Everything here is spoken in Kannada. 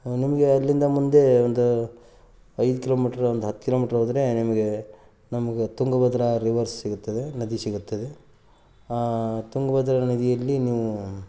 ನಿಮಗೆ ಅಲ್ಲಿಂದ ಮುಂದೆ ಒಂದು ಐದು ಕಿಲೋಮೀಟರ್ ಒಂದು ಹತ್ತು ಕಿಲೋಮೀಟ್ರ್ ಹೋದ್ರೆ ನಿಮಗೆ ನಮ್ಗೆ ತುಂಗಭದ್ರಾ ರಿವರ್ ಸಿಗುತ್ತದೆ ನದಿ ಸಿಗುತ್ತದೆ ತುಂಗಭದ್ರಾ ನದಿಯಲ್ಲಿ ನೀವು